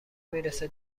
میرسه